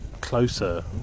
closer